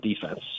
defense